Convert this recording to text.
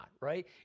right